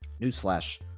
newsflash